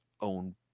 own